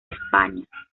españa